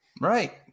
Right